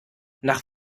nach